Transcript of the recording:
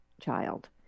child